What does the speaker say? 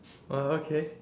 oh okay